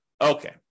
Okay